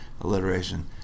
alliteration